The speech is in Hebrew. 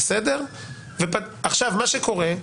מה שקורה הוא